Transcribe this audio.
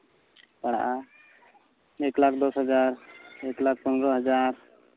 ᱯᱟᱲᱟᱜᱼᱟ ᱢᱤᱫ ᱞᱟᱠᱷ ᱫᱚᱥ ᱦᱟᱡᱟᱨ ᱯᱚᱱᱨᱚ ᱦᱟᱡᱟᱨ